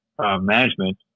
management